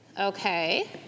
Okay